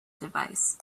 device